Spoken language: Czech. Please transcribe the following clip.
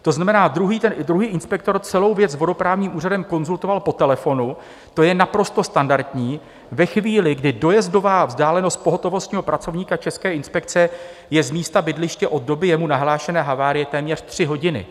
To znamená, druhý inspektor celou věc s vodoprávním úřadem konzultoval po telefonu, to je naprosto standardní ve chvíli, kdy dojezdová vzdálenost pohotovostního pracovníka České inspekce je z místa bydliště od doby jemu nahlášené havárie téměř tři hodiny.